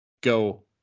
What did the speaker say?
go